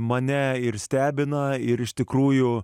mane ir stebina ir iš tikrųjų